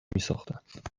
میساختند